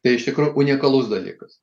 tai iš tikrųjų unikalus dalykas